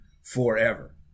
forever